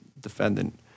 defendant